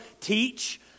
teach